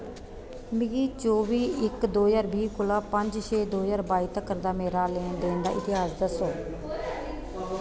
मिगी चौबी इक दो ज्हार बीह् कोला पंज छे दो ज्हार बाई तकर दा मेरा लैन देन दा इतिहास दस्सो